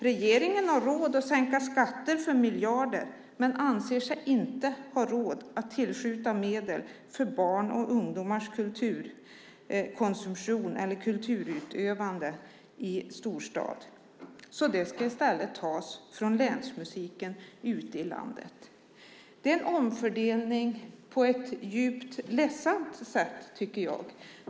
Regeringen har råd att sänka skatter med miljarder men anser sig inte ha råd att tillskjuta medel för barns och ungdomars kulturkonsumtion eller kulturutövande i storstad. Det ska i stället tas från Länsmusiken ute i landet. Det är en ledsam omfördelning, tycker jag.